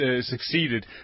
succeeded